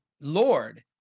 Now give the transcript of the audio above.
lord